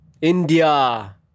India